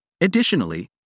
Additionally